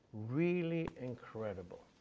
really incredible.